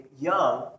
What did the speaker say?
Young